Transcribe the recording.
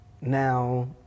Now